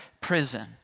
prison